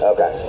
Okay